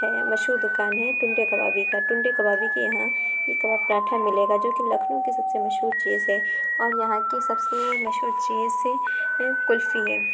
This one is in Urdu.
ہے مشہور دُکان ہے ٹنڈے کبابی کا ٹنڈے کبابی کی یہاں یہ کباب پراٹھا ملے گا جو کہ لکھنؤ کی سب سے مشہور چیز ہے اور یہاں کی سب سے مشہور چیز ہے کُلفی ہے